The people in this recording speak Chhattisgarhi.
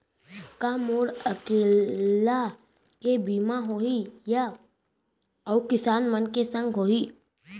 का मोर अकेल्ला के बीमा होही या अऊ किसान मन के संग होही?